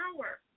power